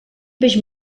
peix